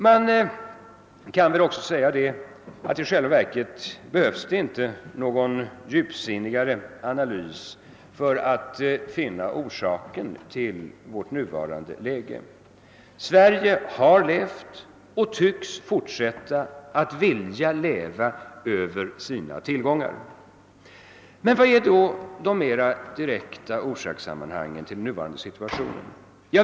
Man kan väl också säga, att i själva verket behövs det inte någon djupsinnigare analys för att finna orsaken till vårt nuvarande läge. Sverige har levat och vill fortsätta att leva över sina tillgångar. Men vilka är då de mera direkta orsakerna till den nuvarande situationen?